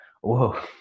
whoa